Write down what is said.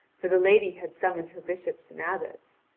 for the lady had summoned her bishops and abbots.